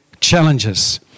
challenges